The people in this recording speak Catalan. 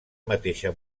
mateixa